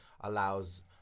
allows